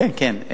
כן, כן.